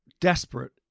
desperate